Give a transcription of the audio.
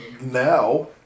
Now